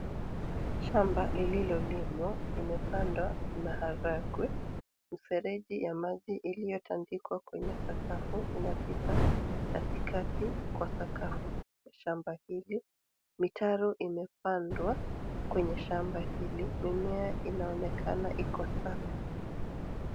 Shamba lililolimwa limepandwa maharagwe. Mifereji ya maji iliyotandikwa kwenye sakafu inapita katikati kwa sakafu ya shamba hili. Mitaro imepandwa kwenye shamba hili. Mimea inaonekana iko safi.